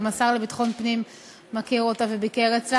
גם השר לביטחון פנים מכיר אותה וביקר אצלה.